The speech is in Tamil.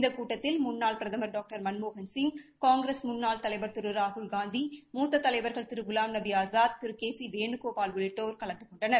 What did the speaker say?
இந்த கூட்டத்தில் முன்னாள் பிரதமர் டாக்டர் மன்மோகன்சிங் காங்கிரஸ் முன்னாள் தலைவர் திரு ராகுல்காந்தி மூத்த தலைவா்கள் திரு குலாம் நபி ஆஸாத் திரு கே சி வேணுகோபால் உள்ளிட்டோர் கலந்து கொண்டனர்